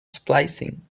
splicing